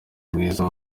mwiza